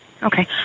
Okay